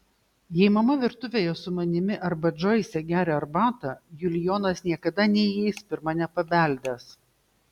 jei mama virtuvėje su manimi arba džoise geria arbatą julijonas niekada neįeis pirma nepabeldęs